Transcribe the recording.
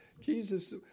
Jesus